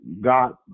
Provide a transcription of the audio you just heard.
God